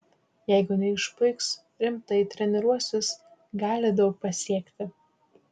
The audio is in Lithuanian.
jeigu neišpuiks rimtai treniruosis gali daug pasiekti